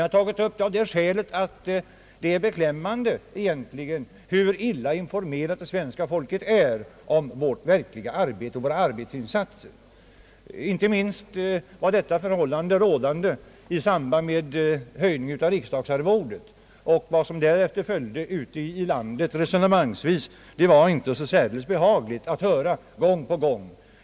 Jag har tagit upp den av det skälet att jag finner det beklämmande att allmänheten är så illa informerad om vårt verkliga arbete och om våra arbetsinsatser. Inte minst gjorde detta sig märkbart i samband med att riksdagsarvodet höjdes. Vad som därefter gång på gång resonemangsvis framkom ute i landet var inte behagligt att höra.